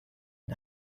and